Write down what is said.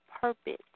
Purpose